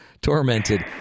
tormented